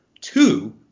two